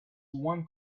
one